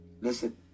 listen